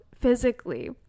physically